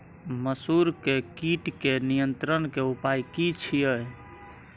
मसूर के कीट के नियंत्रण के उपाय की छिये?